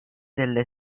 delle